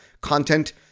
content